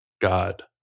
god